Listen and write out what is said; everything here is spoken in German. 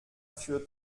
für